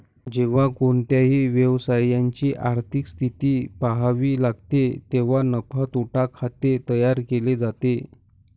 जेव्हा कोणत्याही व्यवसायाची आर्थिक स्थिती पहावी लागते तेव्हा नफा तोटा खाते तयार केले जाते